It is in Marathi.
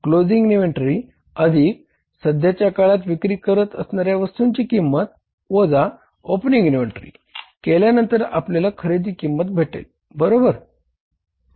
क्लोजिंग इन्व्हेंटरी सध्याच्या काळात विक्री करत असणाऱ्या वस्तूची किंमत ओपनिंग इन्व्हेंटरी केल्या नंतर आपल्याला खरेदी किंमत भेटेल बरोबर